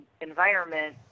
environment